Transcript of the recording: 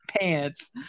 pants